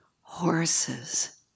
horses